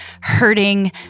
hurting